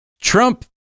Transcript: Trump